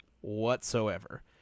whatsoever